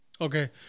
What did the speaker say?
Okay